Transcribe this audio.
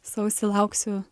sausį lauksiu